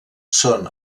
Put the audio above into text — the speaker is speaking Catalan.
són